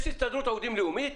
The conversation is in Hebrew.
יש הסתדרות עובדים לאומית?